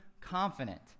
confident